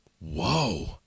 Whoa